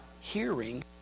hearing